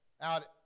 out